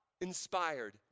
inspired